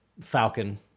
Falcon